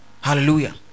hallelujah